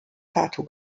tartu